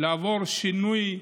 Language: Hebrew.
לעבור שינוי,